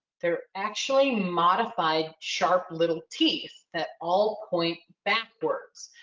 they're actually modified sharp little teeth that all point backwards.